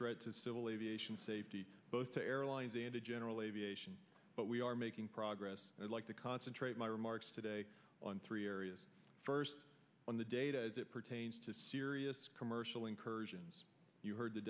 threat to civil aviation safety both to airlines and to general aviation but we are making progress and i'd like to concentrate my remarks today on three areas first on the data as it pertains to serious commercial incursions you heard the